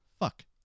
fuck